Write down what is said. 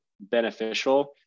beneficial